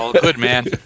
Goodman